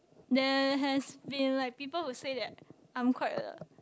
there has been like people would say that I'm quite